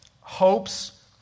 hopes